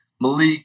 Malik